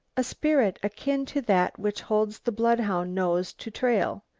a spirit akin to that which holds the bloodhound nose to trail,